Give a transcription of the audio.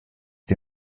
die